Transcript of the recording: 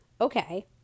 okay